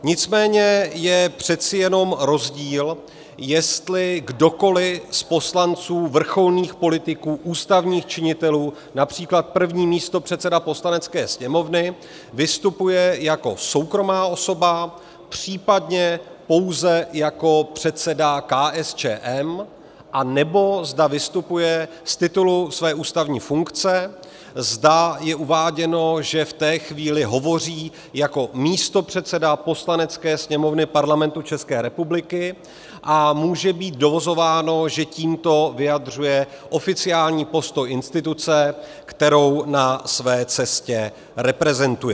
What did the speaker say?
Nicméně je přece jenom rozdíl, jestli kdokoli z poslanců, vrcholných politiků, ústavních činitelů, například první místopředseda Poslanecké sněmovny, vystupuje jako soukromá osoba, případně pouze jako předseda KSČM, anebo zda vystupuje z titulu své ústavní funkce, zda je uváděno, že v té chvíli hovoří jako místopředseda Poslanecké sněmovny Parlamentu České republiky a může být dovozováno, že tímto vyjadřuje oficiální postoj instituce, kterou na své cestě reprezentuje.